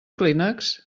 clínex